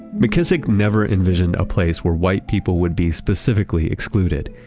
mckissick never envisioned a place where white people would be specifically excluded.